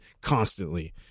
constantly